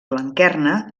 blanquerna